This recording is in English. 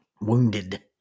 wounded